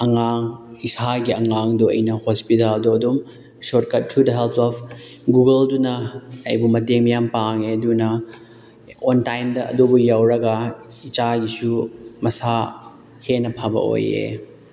ꯑꯉꯥꯡ ꯏꯁꯥꯒꯤ ꯑꯉꯥꯡꯗꯣ ꯑꯩꯅ ꯍꯣꯁꯄꯤꯇꯥꯜꯗꯣ ꯑꯗꯨꯝ shortcut through the help of ꯒꯨꯒꯜꯗꯨꯅ ꯑꯩꯕꯨ ꯃꯇꯦꯡ ꯃꯌꯥꯝ ꯄꯥꯡꯉꯦ ꯑꯗꯨꯅ ꯑꯣꯟ ꯇꯥꯏꯝꯗ ꯑꯗꯨꯕꯨ ꯌꯧꯔꯒ ꯏꯆꯥꯒꯤꯁꯨ ꯃꯁꯥ ꯍꯦꯟꯅ ꯐꯕ ꯑꯣꯏꯌꯦ